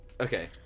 Okay